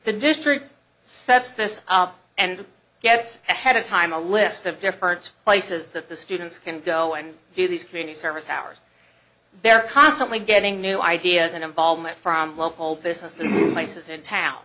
the district sets this up and gets ahead of time a list of different places that the students can go and do these community service hours they're constantly getting new ideas and involvement from local businesses and places in town